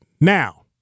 Now